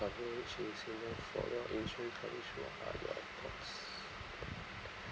coverage is enough for your insurance coverage for a higher cost